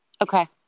Okay